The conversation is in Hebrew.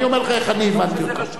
אני אומר לך איך אני הבנתי אותך.